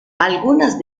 algunas